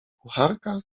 kucharka